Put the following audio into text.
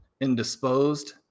indisposed